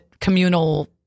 communal